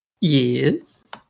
Yes